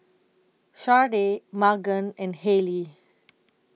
Shardae Magan and Hailee